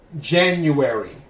January